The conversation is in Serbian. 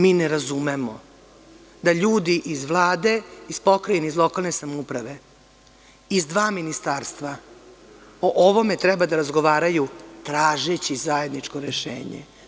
Mi ne razumemo da ljudi iz Vlade, iz Pokrajine, iz lokalne samouprave, iz dva ministarstva o ovome treba da razgovaraju tražeći zajedničko rešenje.